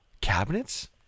Cabinets